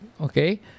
Okay